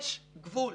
יש גבול.